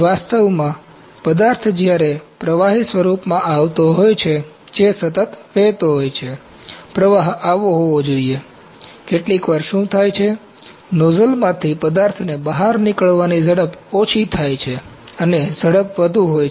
વાસ્તવમાં પદાર્થ જ્યારે પ્રવાહી સ્વરૂપમાં આવતો હોય છે જે સતત વહેતો હોય છે પ્રવાહ આવો હોવો જોઈએ કેટલીકવાર શું થાય છે નોઝલમાંથી પદાર્થને બહાર નીકળવાની ઝડપ ઓછી હોય છે અને ઝડપ વધુ હોય છે